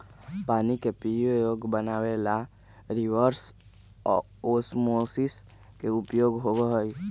पानी के पीये योग्य बनावे ला रिवर्स ओस्मोसिस के उपयोग भी होबा हई